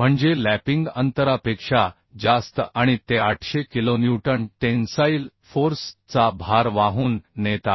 म्हणजे लॅपिंग अंतरापेक्षा जास्त आणि ते 800 किलोन्यूटन टेन्साईल फोर्स चा भार वाहून नेत आहे